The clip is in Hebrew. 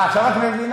אה, עכשיו את מבינה?